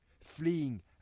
fleeing